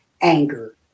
anger